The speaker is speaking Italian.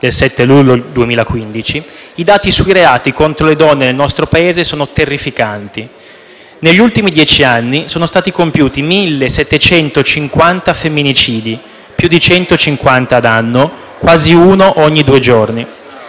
del 7 luglio 2015, i dati sui reati contro le donne nel nostro Paese sono terrificanti. Negli ultimi dieci anni sono stati compiuti 1.750 femminicidi, più di 150 all'anno, quasi uno ogni due giorni;